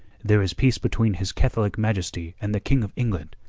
there is peace between his catholic majesty and the king of england,